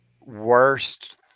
Worst